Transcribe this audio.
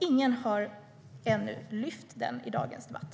Ingen har lyft upp den ännu i dagens debatt.